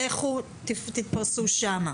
לכו תתפרסו שם.